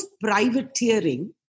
privateering